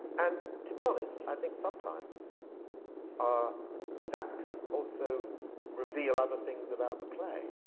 and to be honest, i think sometimes ah that can also reveal other things about the play,